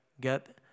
get